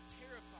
terrified